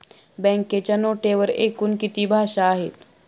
बँकेच्या नोटेवर एकूण किती भाषा आहेत?